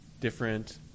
different